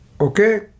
Okay